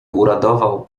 uradował